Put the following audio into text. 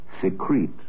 secrete